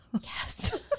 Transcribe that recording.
yes